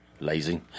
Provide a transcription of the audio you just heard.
Lazy